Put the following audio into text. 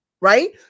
right